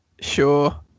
sure